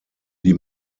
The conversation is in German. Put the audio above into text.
die